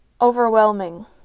overwhelming